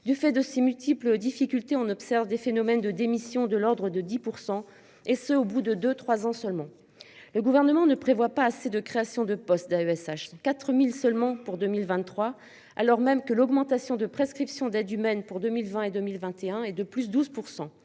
du fait de ses multiples difficultés on observe des phénomènes de démission de l'ordre de 10% et ce, au bout de deux 3 ans seulement. Le gouvernement ne prévoit pas assez de créations de postes d'AESH, 4000 seulement pour 2023 alors même que l'augmentation de prescription d'aide humaine pour 2020 et 2021 et de plus 12%